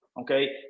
Okay